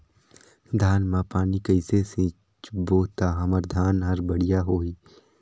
धान मा पानी कइसे सिंचबो ता हमर धन हर बढ़िया होही?